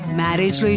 marriage